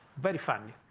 very funny.